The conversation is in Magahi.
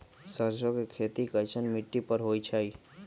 सरसों के खेती कैसन मिट्टी पर होई छाई?